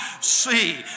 see